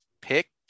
pick